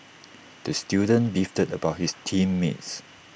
the student beefed about his team mates